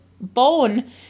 bone